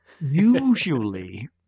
Usually